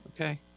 okay